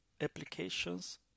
applications